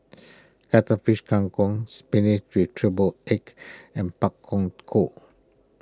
Cuttlefish Kang Kong Spinach with Triple Egg and Pak Thong Ko